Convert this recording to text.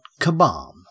Kabam